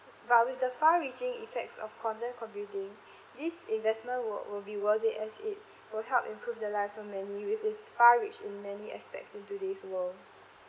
but with the far reaching effects of quantum computing this investment will will be worth it as it will help improve the lives of many with it's far reach in many aspects in today's world